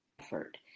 effort